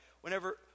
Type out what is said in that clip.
whenever